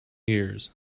years